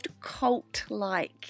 cult-like